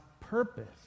purpose